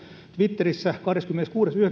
twitterissä kahdeskymmeneskuudes yhdeksättä